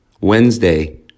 Wednesday